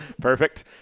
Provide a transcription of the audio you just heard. Perfect